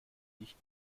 dicht